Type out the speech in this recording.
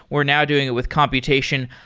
we're now doing it with computation.